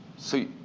see,